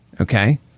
Okay